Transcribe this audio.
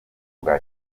bwa